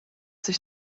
sich